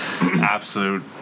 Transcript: absolute